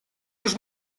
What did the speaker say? już